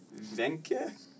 Venke